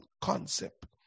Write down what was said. concept